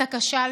אתה כשלת.